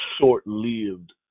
short-lived